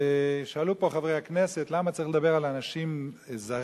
שאלו פה חברי הכנסת למה צריך לדבר על אנשים זרים,